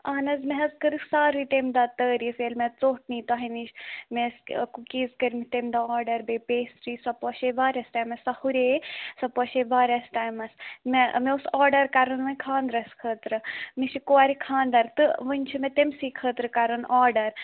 اَہَن حظ مےٚ حظ کٔرٕکھ سارے تَمہِ دۄہ تٲریٖف ییٚلہِ مےٚ ژوٚٹ نِیہِ تۄہہِ نِش مےٚ ٲسۍ کُکیٖز کٔرۍمٕتۍ تَمہِ دۄہ آرڈَر بیٚیہِ پیسٹری سۄ پوشے واریاہَس ٹایمَس سۄ ہُرییہِ سۄ پوشے واریاہَس ٹایمَس مےٚ مےٚ اوس آرڈَر کَرُن وۄنۍ خانٛدرَس خٲطرٕ مےٚ چھِ کورِ خانٛدَر تہٕ وُنہِ چھِ مےٚ تٔمۍسٕے خٲطرٕ کَرُن آرڈَر